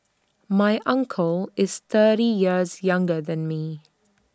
my uncle is thirty years younger than me